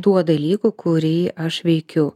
tuo va dalyku kurį aš veikiu